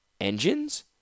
Engines